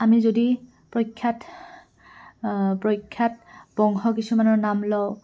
আমি যদি প্ৰখ্যাত প্ৰখ্যাত বংশ কিছুমানৰ নাম লওঁ